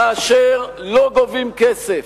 כאשר לא גובים כסף,